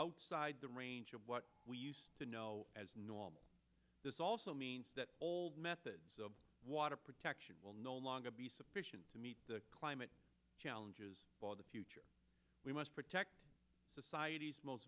outside the range of what we used to know as normal this also means that old methods of water protection will no longer be sufficient to meet the climate challenges for the future we must protect